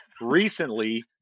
recently